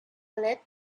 lit